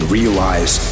realize